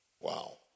Wow